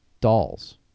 dolls